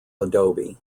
adobe